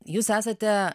jūs esate